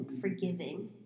forgiving